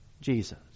Jesus